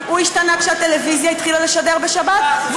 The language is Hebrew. הוא השתנה כשהטלוויזיה התחילה לשדר בשבת,